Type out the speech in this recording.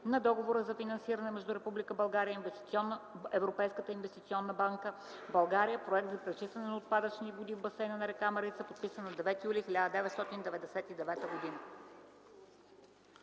на Договора за финансиране между Република България и Европейската инвестиционна банка (България – проект за пречистване на отпадъчни води в басейна на река Марица), подписан на 9 юли 1999 г.”